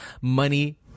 money